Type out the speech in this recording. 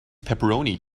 pepperoni